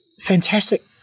fantastic